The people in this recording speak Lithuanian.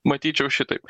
matyčiau šitaip